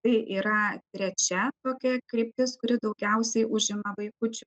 tai yra trečia tokia kryptis kuri daugiausiai užima vaikučių